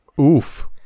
Oof